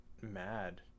mad